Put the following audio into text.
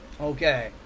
Okay